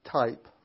type